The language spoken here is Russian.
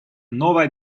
новое